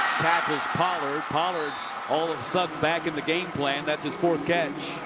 tackles pollard. pollard pollard so back in the game plan. that's his fourth catch.